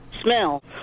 smell